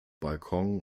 balkon